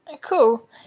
cool